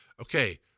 okay